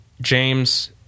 James